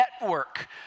network